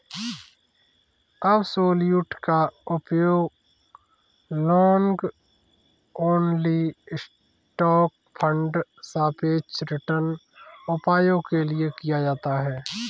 absolute का उपयोग long only stock fund सापेक्ष रिटर्न उपायों के लिए किया जाता है